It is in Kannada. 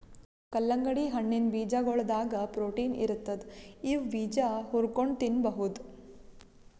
ಕಲ್ಲಂಗಡಿ ಹಣ್ಣಿನ್ ಬೀಜಾಗೋಳದಾಗ ಪ್ರೊಟೀನ್ ಇರ್ತದ್ ಇವ್ ಬೀಜಾ ಹುರ್ಕೊಂಡ್ ತಿನ್ಬಹುದ್